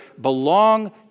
belong